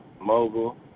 Mobile